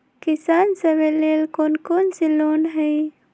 किसान सवे लेल कौन कौन से लोने हई?